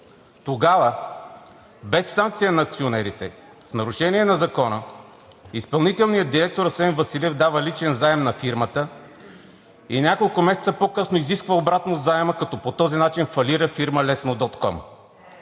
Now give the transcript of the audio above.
Тогава без санкция на акционерите, в нарушение на закона, изпълнителният директор Асен Василев дава личен заем на фирмата и няколко месеца по-късно изисква обратно заема, като по този начин фалира фирма „Лесно.ком“.